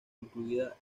incluida